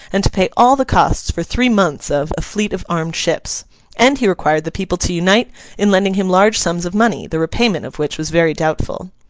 and to pay all the cost for three months of, a fleet of armed ships and he required the people to unite in lending him large sums of money, the repayment of which was very doubtful.